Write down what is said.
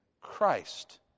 Christ